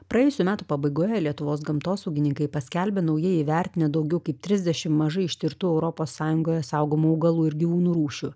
praėjusių metų pabaigoje lietuvos gamtosaugininkai paskelbė naujai įvertinę daugiau kaip trisdešimt mažai ištirtų europos sąjungoje saugomų augalų ir gyvūnų rūšių